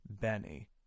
Benny